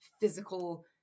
physical